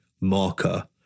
marker